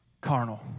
carnal